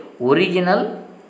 original